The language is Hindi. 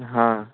हाँ